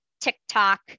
TikTok